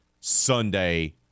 Sunday